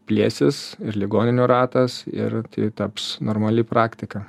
plėsis ir ligoninių ratas ir taps normali praktika